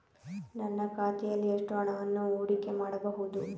ನನ್ನ ಖಾತೆಯಲ್ಲಿ ಎಷ್ಟು ಹಣವನ್ನು ಹೂಡಿಕೆ ಮಾಡಬಹುದು?